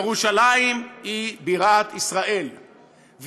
ירושלים היא בירת ישראל,